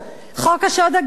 חוק השוד הגדול,